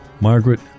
Margaret